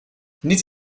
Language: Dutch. niets